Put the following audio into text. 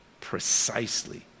precisely